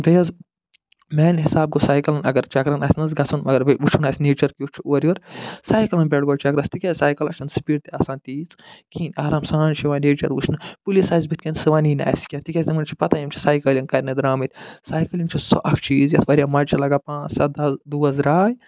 بیٚیہِ حظ میٛانہِ حِساب گوٚو سایکَلن اگر چکرن آسہِ نَہ حظ گَژھُن مگر بیٚیہِ وٕچھُن آسہِ نیچر کیُتھ چھُ اورٕ یور سایکلن پٮ۪ٹھ گوٚو چکرس تِکیٛازِ سایکلس چھَنہٕ سِپیٖڈ تہِ آسان تیٖژ کِہیٖنۍ آرام سان چھُ یِوان نیچر وٕچھنہٕ پُلیٖس آسہِ بٕتھِ کَنہِ سُہ وَنی نہٕ اَسہِ کیٚنٛہہ تِکیٛازِ یِمَن چھُ پتہٕ یِم چھِ سایکلِنٛگ کرنہِ درٛامٕتۍ سایکِلِنٛگ چھُ سُہ اکھ چیٖز یَتھ وارِیاہ مَزٕ چھُ لگان پانٛژھ دوس درٛاے